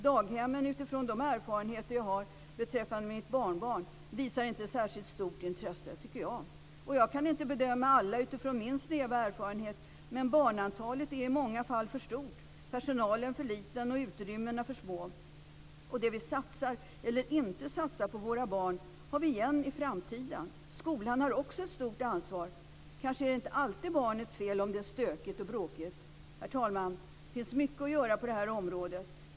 Daghemmen visar inte särskilt stort intresse, tycker jag utifrån de erfarenheter jag har via mitt barnbarn. Jag kan inte bedöma alla utifrån min snäva erfarenhet, men barnantalet är i många fall för stort, personalen för liten och utrymmena för små. Det vi satsar eller inte satsar på våra barn har vi igen i framtiden. Skolan har också ett stort ansvar. Kanske är det inte alltid barnets fel om det är stökigt och bråkigt. Herr talman! Det finns mycket att göra på det här området.